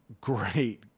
Great